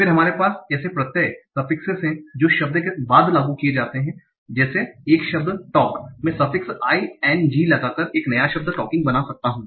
फिर हमारे पास ऐसे प्रत्यय हैं जो शब्द के बाद लागू होते हैं जैसे 1 शब्द talk मैं suffix i n g लगाकर एक नया शब्द talking बना सकता हूं